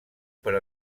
per